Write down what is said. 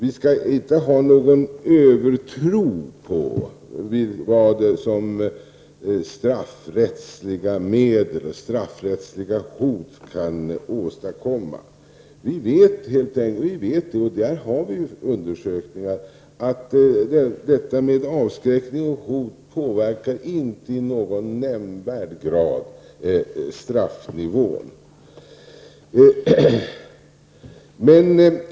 Vi skall dock inte ha någon övertro på vad straffrättsliga medel och hot kan åstadkomma. Vi vet, det finns undersökningar, att avskräckning och hot inte i någon nämnvärd utsträckning påverkar straffnivån.